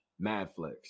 Madflex